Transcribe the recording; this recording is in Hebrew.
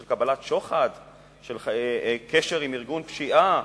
של קבלת שוחד ושל קשר עם ארגון פשיעה,